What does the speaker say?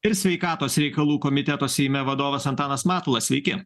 ir sveikatos reikalų komiteto seime vadovas antanas matulas sveiki